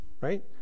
right